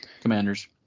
commanders